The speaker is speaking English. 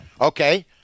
Okay